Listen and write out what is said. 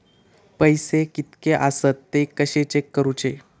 पैसे कीतके आसत ते कशे चेक करूचे?